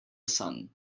sun